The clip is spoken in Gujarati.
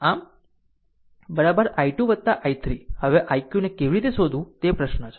આમ i2 i3 હવે i q ને કેવી રીતે શોધવું તે પ્રશ્ન છે